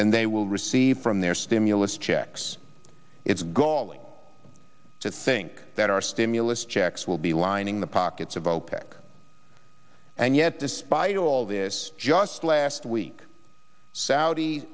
than they will receive from their stimulus checks it's gone to think that our stimulus checks will be lining the pockets of opec and yet despite all this just last week saudi